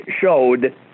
showed